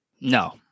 No